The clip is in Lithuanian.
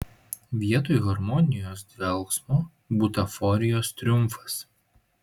vietoj harmonijos dvelksmo butaforijos triumfas